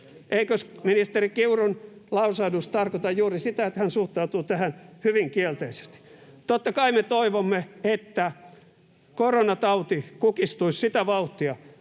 Eikös ministeri Kiurun lausahdus tarkoita juuri sitä, että hän suhtautuu tähän hyvin kielteisesti? Totta kai me toivomme, että koronatauti kukistuisi sitä vauhtia